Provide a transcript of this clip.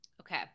Okay